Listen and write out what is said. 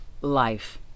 Life